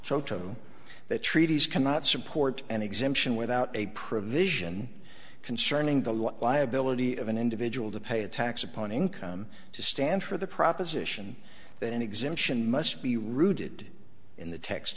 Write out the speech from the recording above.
sotto that treaties cannot support an exemption without a provision concerning the what liability of an individual to pay a tax upon income to stand for the proposition that an exemption must be rooted in the text